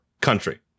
country